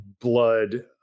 blood